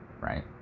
right